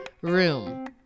room